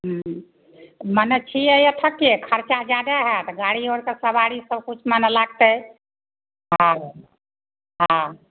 हँ मने छियै एक टके खर्चा जादा होयत गाड़ी आरके सबारी सब किछुमे मने लागतै हूँ हूँ